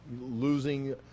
losing